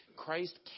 Christ